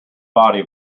body